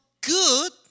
good